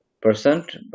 percent